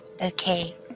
Okay